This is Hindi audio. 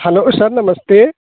हलो सर नमस्ते